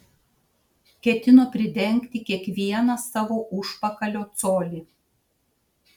ketino pridengti kiekvieną savo užpakalio colį